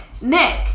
Nick